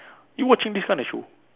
you watching this kind of show